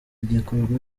gikorwa